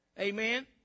Amen